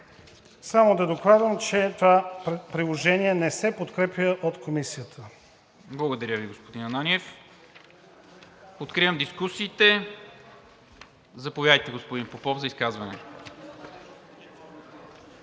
Само да докладвам, че това приложение не се подкрепя от Комисията. ПРЕДСЕДАТЕЛ НИКОЛА МИНЧЕВ: Благодаря Ви, господин Ананиев. Откривам дискусиите. Заповядайте, господин Попов, за изказване.